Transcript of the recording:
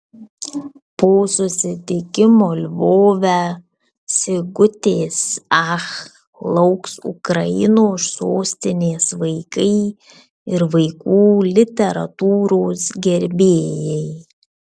po susitikimo lvove sigutės ach lauks ukrainos sostinės vaikai ir vaikų literatūros gerbėjai